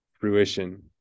fruition